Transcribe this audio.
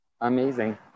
amazing